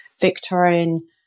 Victorian